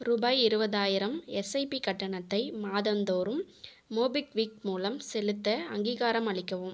ரூபாய் இருபதாயிரம் எஸ்ஐபி கட்டணத்தை மாதந்தோறும் மோபிக்விக் மூலம் செலுத்த அங்கீகாரம் அளிக்கவும்